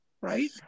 right